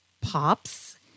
pops